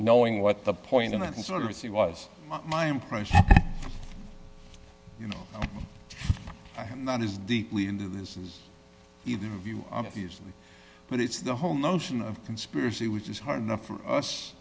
knowing what the point of the soldiers he was my impression you know i'm not is deeply into this is either of you obviously but it's the whole notion of conspiracy which is hard enough for us